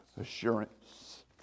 assurance